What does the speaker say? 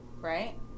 Right